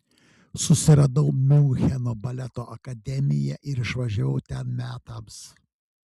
susiradau miuncheno baleto akademiją ir išvažiavau ten metams